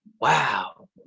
Wow